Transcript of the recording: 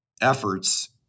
efforts